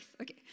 okay